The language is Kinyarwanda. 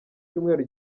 cyumweru